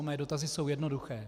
Mé dotazy jsou jednoduché.